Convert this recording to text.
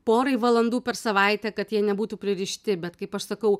porai valandų per savaitę kad jie nebūtų pririšti bet kaip aš sakau